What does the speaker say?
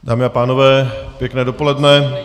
Dámy a pánové, pěkné dopoledne.